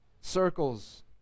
circles